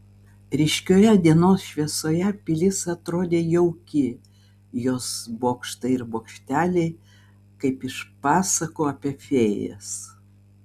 ryškioje dienos šviesoje pilis atrodė jauki jos bokštai ir bokšteliai kaip iš pasakų apie fėjas